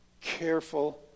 careful